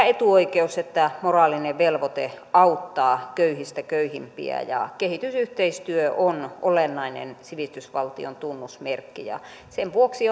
etuoikeus että moraalinen velvoite auttaa köyhistä köyhimpiä ja kehitysyhteistyö on olennainen sivistysvaltion tunnusmerkki sen vuoksi